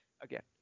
again